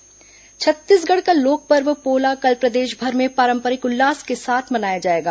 पोला पर्व छत्तीसगढ़ का लोकपर्व पोला कल प्रदेशभर में पारंपरिक उल्लास के साथ मनाया जाएगा